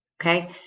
okay